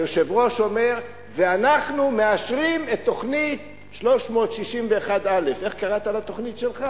היושב-ראש אומר: ואנחנו מאשרים את תוכנית 361א' איך קראת לתוכנית שלך?